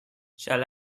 shall